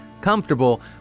comfortable